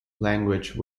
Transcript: language